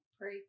pray